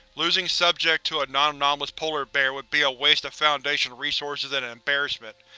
losing subject to a non-anomalous polar bear would be a waste of foundation resources and an embarrassment.